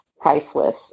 priceless